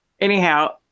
anyhow